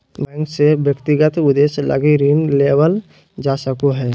bank से व्यक्तिगत उद्देश्य लगी ऋण लेवल जा सको हइ